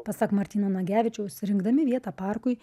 pasak martyno nagevičiaus rinkdami vietą parkui